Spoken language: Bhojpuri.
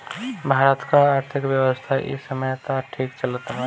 भारत कअ आर्थिक व्यवस्था इ समय तअ ठीक चलत बाटे